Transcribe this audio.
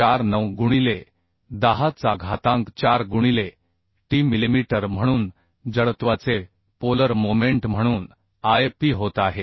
49 गुणिले 10 चा घातांक 4 गुणिले t मिलिमीटर म्हणून जडत्वाचे पोलर मोमेंट म्हणून I p होत आहे